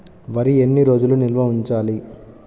వరి ఎన్ని రోజులు నిల్వ ఉంచాలి?